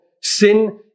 Sin